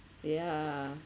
yeah